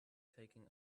taking